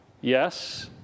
Yes